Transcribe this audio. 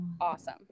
awesome